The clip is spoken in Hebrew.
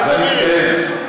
ואני מסיים.